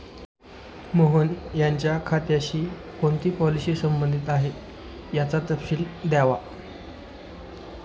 मोहन यांच्या खात्याशी कोणती पॉलिसी संबंधित आहे, याचा तपशील द्यावा